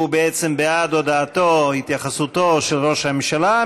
הוא בעצם בעד הודעתו, התייחסותו של ראש הממשלה.